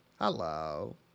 Hello